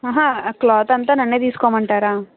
ఆహా ఆ క్లాత్ అంతా నన్నే తీసుకోమంటారా